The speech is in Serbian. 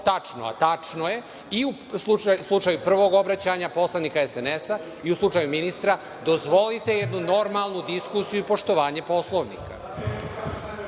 tačno, a tačno je, i u slučaju prvog obraćanja poslanika SNS i u slučaju ministra, dozvolite jednu normalnu diskusiju i poštovanje Poslovnika.